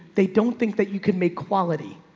they don't think that you could make quality.